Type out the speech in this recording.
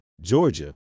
Georgia